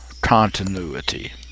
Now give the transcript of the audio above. continuity